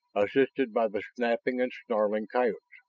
assisted by the snapping and snarling coyotes.